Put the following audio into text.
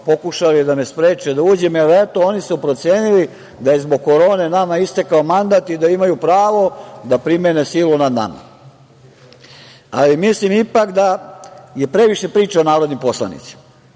pokušali da me spreče da uđem, jer, eto, oni su procenili da je zbog korone nama istekao mandat i da imaju pravo da primene silu nad nama. Mislim ipak da je previše priča o narodnim poslanicima.